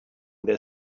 their